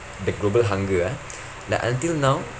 the global hunger ah like until now